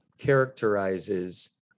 characterizes